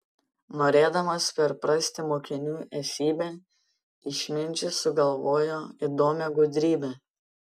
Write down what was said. norėdamas perprasti mokinių esybę išminčius sugalvojo įdomią gudrybę